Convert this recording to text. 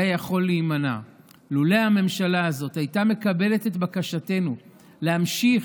היה יכול להימנע לו הממשלה הזאת הייתה מקבלת את בקשתנו להמשיך,